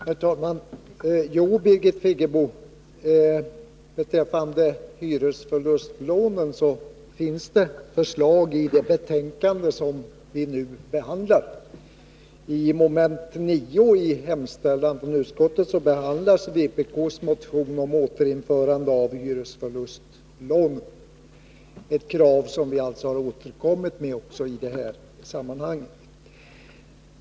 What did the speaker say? Herr talman! Jo, Birgit Friggebo, beträffande hyresförlustlånen finns det förslag i det betänkande som vi nu behandlar. I mom. 9 i utskottets hemställan behandlas vpk:s motion om återinförande av hyresförlustlånen, ett krav som vi alltså har återkommit med också i detta sammanhang.